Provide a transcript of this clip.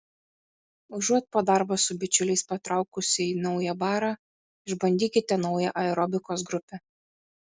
užuot po darbo su bičiuliais patraukusi į naują barą išbandykite naują aerobikos grupę